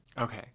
Okay